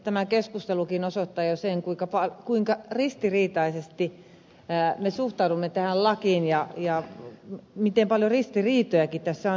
tämä keskustelukin osoittaa jo sen kuinka ristiriitaisesti me suhtaudumme tähän lakiin ja miten paljon ristiriitojakin tässä on